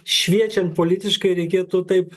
šviečiant politiškai reikėtų taip